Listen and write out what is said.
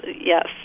Yes